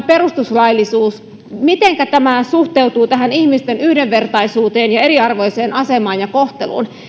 perustuslaillisuus mitenkä tämä suhteutuu ihmisten yhdenvertaisuuteen ja eriarvoiseen asemaan ja kohteluun